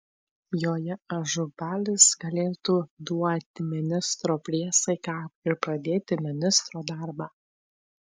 joje ažubalis galėtų duoti ministro priesaiką ir pradėti ministro darbą